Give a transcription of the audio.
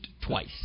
twice